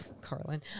Carlin